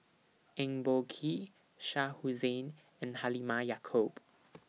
Eng Boh Kee Shah Hussain and Halimah Yacob